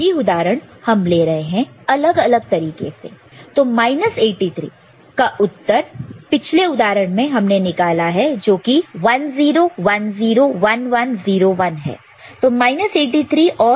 वही उदाहरण हम ले रहे हैं अलग अलग तरीकों से तो 83 तो 83 का उत्तर पिछले उदाहरण में हमने निकाला है जोकि 1 0 1 0 1 1 0 1 है